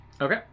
Okay